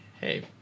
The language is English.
hey